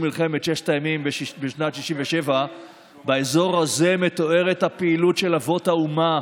מלחמת ששת הימים בשנת 67' באזור הזה מתוארת הפעילות של אבות האומה,